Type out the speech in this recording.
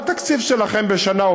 מה התקציב שלכם בשנה,